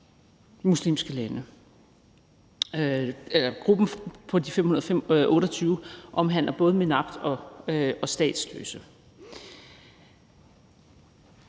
muslimske lande. Gruppen på de 528 omhandler både mennesker